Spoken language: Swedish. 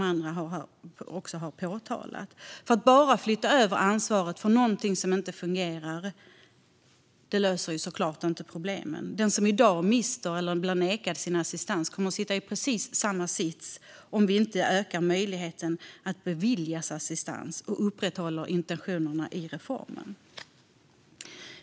Att bara flytta över ansvaret för något som inte fungerar löser givetvis inte problemen. Den som i dag mister eller blir nekad assistans kommer att sitta i precis samma sits om vi inte ökar möjligheten att beviljas assistans och upprätthåller intentionerna med reformen.